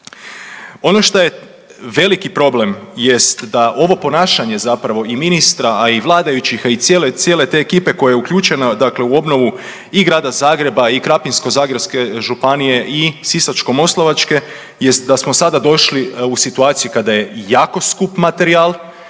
Ono što je veliki problem jest da ovo ponašanje zapravo i ministra, a i vladajućih a i cijele te ekipe koja je uključena, dakle u obnovu i grada Zagreba i Krapinsko-zagorske županije i Sisačko-moslavačke jest da smo sada došli u situaciju kada je jako skup materijal,